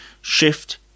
shift